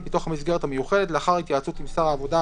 בתוך המסגרת המיוחדת לאחר התייעצות עם שר העבודה,